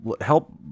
help